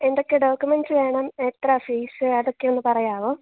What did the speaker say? എന്തക്കെ ഡോക്കിമെൻറ്റ്സ്സ് വേണം എത്രയാണ് ഫീസ്സ് അതൊക്കെയൊന്ന് പറയാമോ